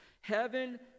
Heaven